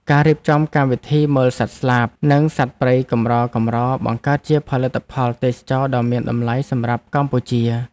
ការរៀបចំកម្មវិធីមើលសត្វស្លាប និងសត្វព្រៃកម្រៗបង្កើតជាផលិតផលទេសចរណ៍ដ៏មានតម្លៃសម្រាប់កម្ពុជា។